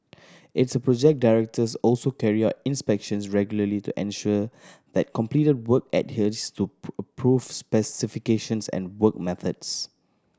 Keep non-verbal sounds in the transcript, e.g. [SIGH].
its project directors also carry out inspections regularly to ensure that completed work adheres to [UNINTELLIGIBLE] approved specifications and work methods